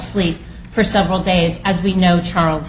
sleep for several days as we know charles